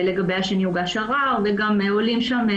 לגבי השני הוגש ערער ועולים משם,